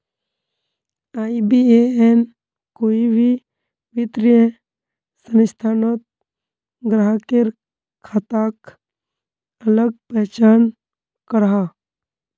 IBAN कोई भी वित्तिय संस्थानोत ग्राह्केर खाताक अलग पहचान कराहा